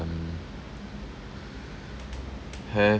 ~(um) have